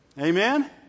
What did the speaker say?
Amen